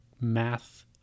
math